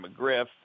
McGriff